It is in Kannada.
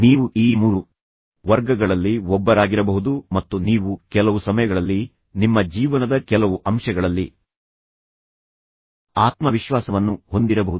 ನೀವು ಈ ಮೂರು ವರ್ಗಗಳಲ್ಲಿ ಒಬ್ಬರಾಗಿರಬಹುದು ಮತ್ತು ನೀವು ಕೆಲವು ಸಮಯಗಳಲ್ಲಿ ನಿಮ್ಮ ಜೀವನದ ಕೆಲವು ಅಂಶಗಳಲ್ಲಿ ಆತ್ಮವಿಶ್ವಾಸವನ್ನು ಹೊಂದಿರಬಹುದು ಆದರೆ ಬೇರೆ ಯಾವುದಾದರೊ ವಿಷಯದಲ್ಲಿ ಸಂಪೂರ್ಣವಾಗಿ ಆತ್ಮವಿಶ್ವಾಸದ ಕೊರತೆಯನ್ನು ಹೊಂದಿರಬಹುದು